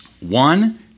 One